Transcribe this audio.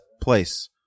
place